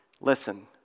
listen